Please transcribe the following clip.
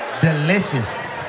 Delicious